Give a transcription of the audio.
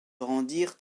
rendirent